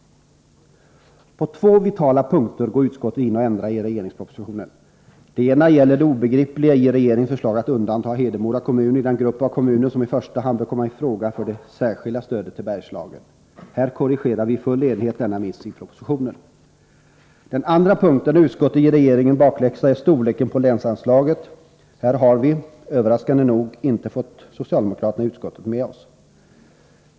På två vitala punkter går utskottet in och ändrar i regeringspropositionen. Den ena punkten gäller det obegripliga i regeringens förslag att undanta Hedemora kommun i den grupp av kommuner som i första hand bör komma i fråga för det särskilda stödet till Bergslagen. Här korrigerar vi i full enighet denna miss i propositionen. Den andra punkten där utskottet ger regeringen bakläxa avser storleken på länsanslaget. Här har vi — överraskande nog inte fått socialdemokraterna iutskottet med oss.